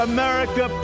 America